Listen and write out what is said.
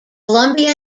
columbia